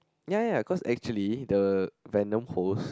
ya ya ya cause actually the venom host